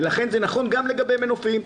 לכן, זה נכון גם לגבי מנופים.